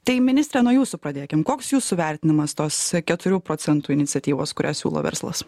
tai ministre nuo jūsų pradėkim koks jūsų vertinimas tos keturių procentų iniciatyvos kurią siūlo verslas